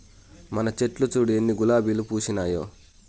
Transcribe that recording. మన చెట్లు చూడు ఎన్ని గులాబీలు పూసినాయో